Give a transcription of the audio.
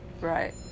Right